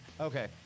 Okay